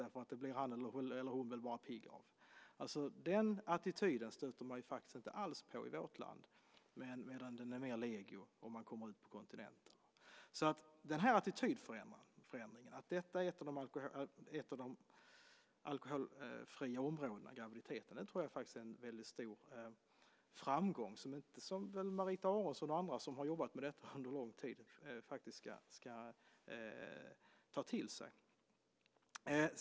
Det blir han eller hon väl bara pigg av. Den attityden stöter man faktiskt inte alls på i vårt land, medan den är mer vanlig om man kommer ut på kontinenten. Den här attitydförändringen, att graviditeten är ett av de alkoholfria områdena, är en väldigt stor framgång som jag tycker att Marita Aronson och andra som har jobbat med detta under lång tid faktiskt ska ta till sig.